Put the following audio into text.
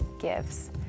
gives